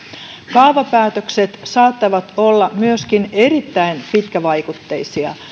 kaavapäätökset saattavat olla myöskin erittäin pitkävaikutteisia